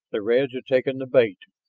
the reds have taken the bait,